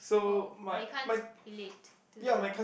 oh but you can't relate to them